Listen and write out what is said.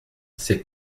ses